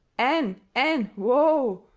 ann, ann, whoa!